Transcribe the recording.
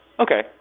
Okay